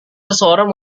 seseorang